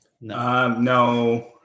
no